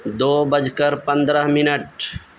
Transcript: دو بج کر پندرہ منٹ